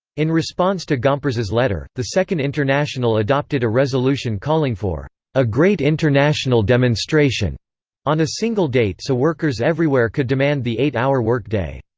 in response to gompers's letter, the second international adopted a resolution calling for a great international demonstration on a single date so workers everywhere could demand the eight-hour work day.